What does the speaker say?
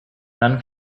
non